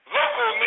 local